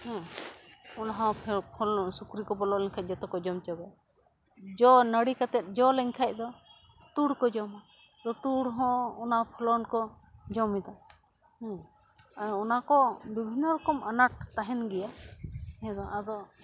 ᱦᱮᱸ ᱚᱱᱟ ᱦᱚᱸ ᱯᱷᱮ ᱯᱷᱚᱞᱚᱱ ᱥᱩᱠᱨᱤ ᱠᱚ ᱵᱚᱞᱚ ᱞᱮᱱᱠᱷᱟᱱ ᱡᱚᱛᱚ ᱠᱚ ᱡᱚᱢ ᱪᱟᱵᱟᱭᱟ ᱡᱚ ᱱᱟᱲᱤ ᱠᱟᱛᱮ ᱡᱚ ᱞᱮᱱᱠᱷᱟᱡ ᱫᱚ ᱛᱩᱲ ᱠᱚ ᱡᱚᱢᱟ ᱛᱩᱲ ᱦᱚᱸ ᱚᱱᱟ ᱯᱷᱚᱞᱚᱱ ᱠᱚ ᱡᱚᱢᱮᱫᱟ ᱦᱮᱸ ᱟᱨ ᱚᱱᱟ ᱠᱚ ᱵᱤᱵᱷᱤᱱᱱᱚ ᱨᱚᱠᱚᱢ ᱟᱱᱟᱴ ᱛᱟᱦᱮᱱ ᱜᱮᱭᱟ ᱱᱤᱭᱟᱹ ᱫᱚ ᱟᱫᱚ